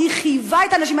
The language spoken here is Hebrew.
כי היא חייבה את האנשים,